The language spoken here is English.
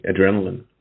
adrenaline